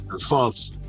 false